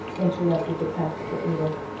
interrupted the practical edith,